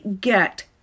get